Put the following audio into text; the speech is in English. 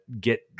get